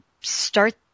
start